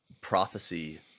prophecy